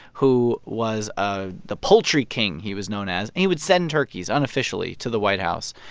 who was ah the poultry king he was known as and he would send turkeys, unofficially, to the white house.